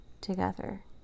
together